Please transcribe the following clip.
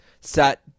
set